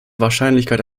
wahrscheinlichkeit